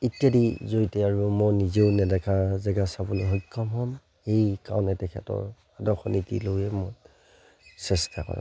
ইত্যাদি জৰিয়তে আৰু মই নিজেও নেদেখা জেগা চাবলৈ সক্ষম হ'ম সেইকাৰণে তেখেতৰ আদৰ্শনীতি লৈয়ে মই চেষ্টা কৰোঁ